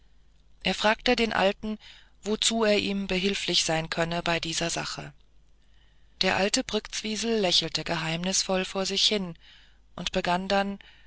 er fragte den alten wozu er ihm behilflich sein könnte bei dieser sache der alte brktzwisl lächelte geheimnisvoll vor sich hin und begann dann